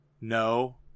No